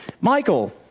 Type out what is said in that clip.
Michael